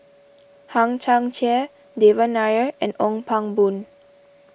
Hang Chang Chieh Devan Nair and Ong Pang Boon